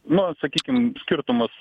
nu sakykim skirtumas